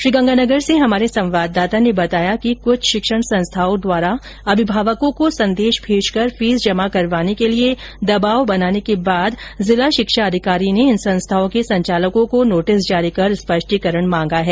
श्रीगंगानगर से हमारे संवाददाता ने बताया कि कुछ शिक्षण संस्थाओं द्वारा अभिभावकों को संदेश भेजकर फीस जमा करवाने के लिए दबाव बनाने के बाद जिला शिक्षा अधिकारी ने इन संस्थाओं के संचालकों को नोटिस जारी कर स्पष्टीकरण मांगा है